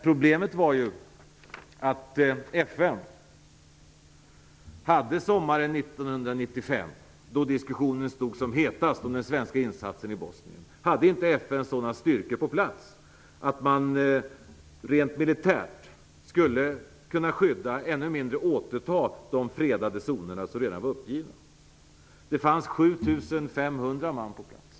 Problemet var ju att FN sommaren 1995, då diskussionen om den svenska insatsen i Bosnien var som hetast, inte hade sådana styrkor på plats att man rent militärt skulle kunna skydda och ännu mindre återta de fredade zonerna, som redan var uppgivna. Det fanns 7 500 man på plats.